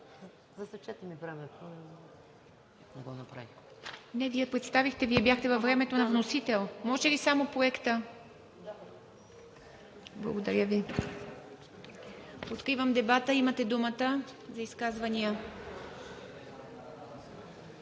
ИВА МИТЕВА: Не, Вие представихте, Вие бяхте във времето на вносител. Може ли само Проекта? Благодаря Ви. Откривам дебата. Имате думата за изказвания.